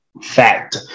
fact